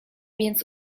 więc